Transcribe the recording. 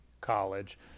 college